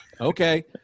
Okay